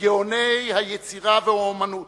מגאוני היצירה והאמנות